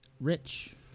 Rich